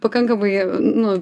pakankamai nu